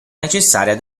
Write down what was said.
necessaria